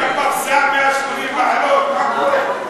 עשית פרסה 180 מעלות, מה קורה פה?